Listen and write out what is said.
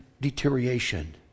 deterioration